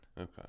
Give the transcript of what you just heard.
Okay